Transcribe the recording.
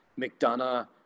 McDonough